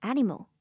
Animal